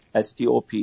stop